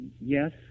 Yes